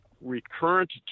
recurrent